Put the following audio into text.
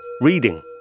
reading